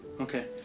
Okay